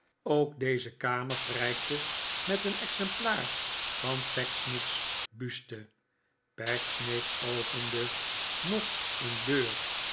ook deze kamer prijkte met een exemplaar van pecksniff's buste pecksniff opende nog een deur